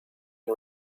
and